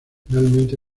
finalmente